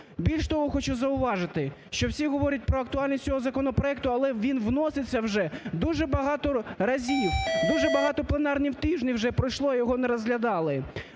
Більш того, хочу зауважити, що всі говорять про актуальність цього законопроекту, але він вноситься вже дуже багато разів. Дуже багато пленарних тижнів вже пройшло, його не розглядали.